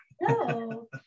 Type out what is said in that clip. no